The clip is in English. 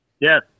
Yes